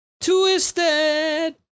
Twisted